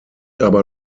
aber